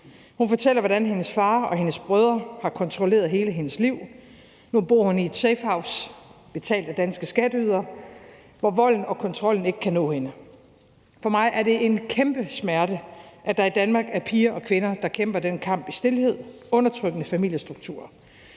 Hun fortalte, hvordan hendes far og hendes brødre har kontrolleret hele hendes liv. Nu bor hun i et safehouse betalt af danske skatteydere, hvor volden og kontrollen ikke kan nå hende. For mig er det en kæmpe smerte, at der i Danmark er piger og kvinder, der kæmper den kamp i stilhed, og at der er undertrykkende familiestrukturer.